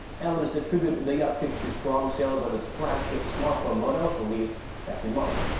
analysts attribute the uptick to strong sales of its flagship smartphone models released back in march.